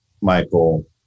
Michael